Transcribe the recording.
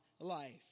life